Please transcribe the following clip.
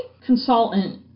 consultant